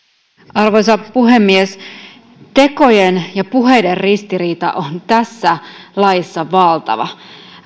arvoisa puhemies tekojen ja puheiden ristiriita on tässä laissa valtava